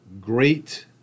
great